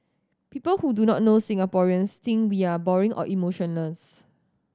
people who do not know Singaporeans think we are boring or emotionless